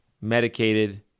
medicated